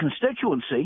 constituency